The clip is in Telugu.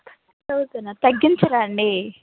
థర్టీ థౌజండా తగ్గించరా అండి